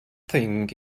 think